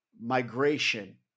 migration